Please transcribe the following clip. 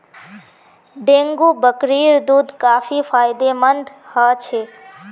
dengue बकरीर दूध काफी फायदेमंद ह छ